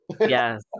Yes